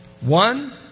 One